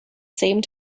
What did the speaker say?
same